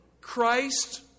Christ